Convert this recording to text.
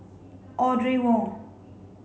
Audrey Wong